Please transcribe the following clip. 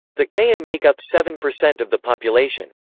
the kayin make up seven percent of the population.